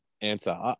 answer